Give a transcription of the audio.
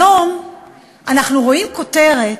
היום אנחנו רואים כותרת